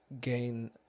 gain